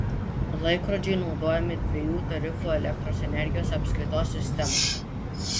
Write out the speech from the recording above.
laikrodžiai naudojami dviejų tarifų elektros energijos apskaitos sistemose